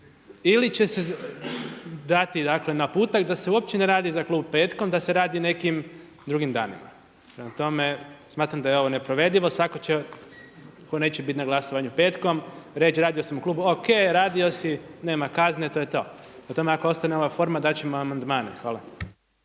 ili će se dati, dakle naputak da se uopće ne radi za klub petkom, da se radi nekim drugim danima. Prema tome, smatram da je ovo neprovedivo. Svatko će, tko neće biti na glasovanju petkom reći radio sam u klubu. O.k. Radio si, nema kazne. To je to. Prema tome, ako ostane ova forma dat ćemo amandmane. Hvala.